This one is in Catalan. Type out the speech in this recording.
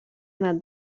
anat